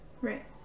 Right